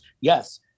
yes